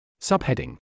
Subheading